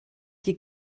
die